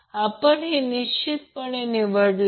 तर तिथून निश्चित करू शकतो